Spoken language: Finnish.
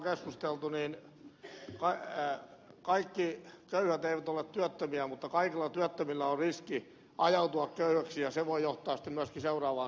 kuten täällä on keskusteltu kaikki köyhät eivät ole työttömiä mutta kaikilla työttömillä on riski ajautua köyhäksi ja se voi johtaa myöskin seuraavaan sukupolveen